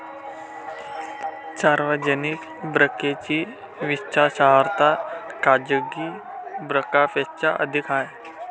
सार्वजनिक बँकेची विश्वासार्हता खाजगी बँकांपेक्षा अधिक आहे